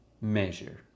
measure